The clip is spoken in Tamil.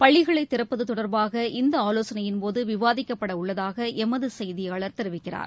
பள்ளிகளை திறப்பது தொடர்பாக இந்த ஆலோசனையின்போது விவாதிக்கப்பட உள்ளதாக எமது செய்தியாளர் தெரிவிக்கிறார்